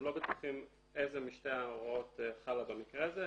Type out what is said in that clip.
הם לא בטוחים איזה משתי ההוראות חלה במקרה הזה,